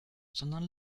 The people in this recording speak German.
sondern